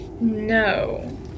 No